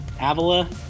Avila